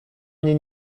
mnie